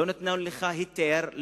לא נותנים לך היתר,